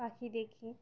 পাখি দেখি